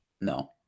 No